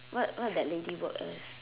what what that lady work as